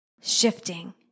shifting